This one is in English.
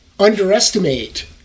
underestimate